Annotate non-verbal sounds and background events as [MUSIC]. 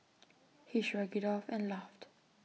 [NOISE] he shrugged IT off and laughed